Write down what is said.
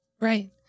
Right